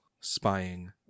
spying